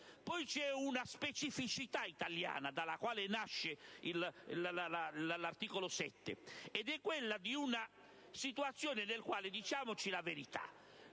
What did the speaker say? c'è una specificità italiana dalla quale nasce l'articolo 7 ed è quella di una situazione nella quale - diciamoci la verità